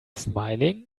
smiling